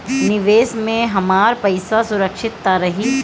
निवेश में हमार पईसा सुरक्षित त रही?